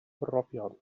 brofion